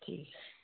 जी